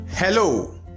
Hello